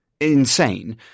insane